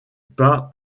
pas